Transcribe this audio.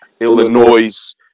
Illinois